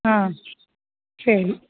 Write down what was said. ஆ சரி